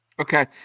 Okay